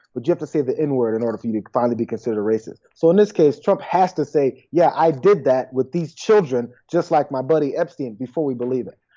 but you have to say the n-word in order for you to finally be considered a racist. so in this case, trump has to say, yeah, i did that with these children, just like my buddy epstein before we believe it.